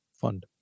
fund